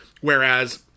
Whereas